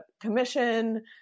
commission